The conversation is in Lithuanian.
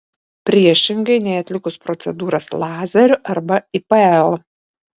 priešingai nei atlikus procedūras lazeriu arba ipl